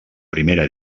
primera